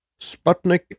Sputnik